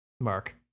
mark